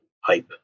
hype